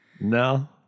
No